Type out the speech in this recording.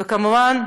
וכמובן,